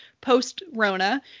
post-Rona